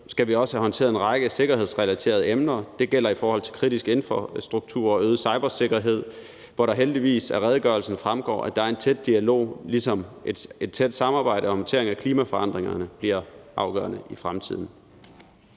skal vi også have håndteret en række sikkerhedsrelaterede emner, og det gælder i forhold til kritisk infrastruktur og øget cybersikkerhed, hvor det heldigvis af redegørelsen fremgår, at der er en tæt dialog, ligesom et tæt samarbejde om håndtering af klimaforandringerne bliver afgørende i fremtiden.